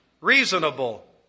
reasonable